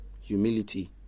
humility